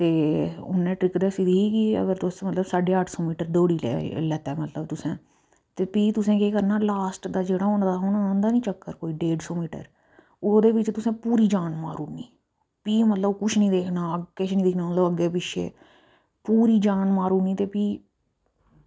ते उनें ट्रिक दस्सी दी ही की अगर तुस साढ़े दस्स मीटर दौड़ी लैता मतलब तुसें ते भी तुसें केह् करना लॉस्ट दा जेह्ड़ा होंदा नी कोई डेढ़ सौ मीटर ओह्दे ई भी तुसें पूरी जान मारी ओड़नी भी मतलब कुछ ना कुछ ना किश ना किश अग्गें पिच्छें पूरी जान मारी ओड़नी ते भी